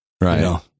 right